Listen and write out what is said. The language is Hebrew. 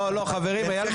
לא, חברים, אייל מתחיל.